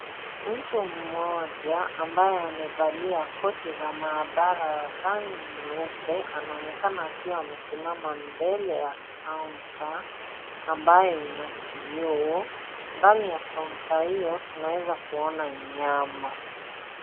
Mtu mmoja ambaye amevalia koti la maabara la rangi nyeupe, anaonekana amesimama mbele ya kaunta ina kioo. Ndani ya kaunta hiyo tunaweza kuona nyama.